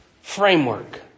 framework